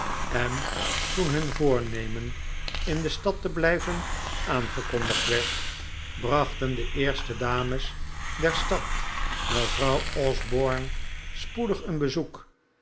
en toen hun voornemen in de stad te blijven aangekondigd werd brachten de eerste dames der stad mevrouw osborne spoedig een bezoek